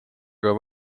aga